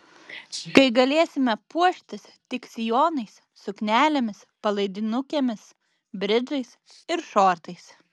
kai galėsime puoštis tik sijonais suknelėmis palaidinukėmis bridžais ir šortais